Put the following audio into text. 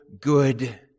good